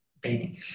painting